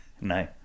no